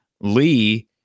Lee